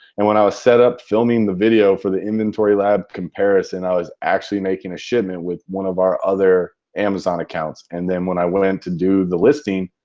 and when i was set up filming the video for the inventory lab comparison, i was actually making a shipment with one of our other amazon accounts. and then when i went went to do the listing,